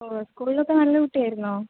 ഓ സ്കൂളിൽ ഒക്കെ നല്ല കുട്ടി ആയിരുന്നോ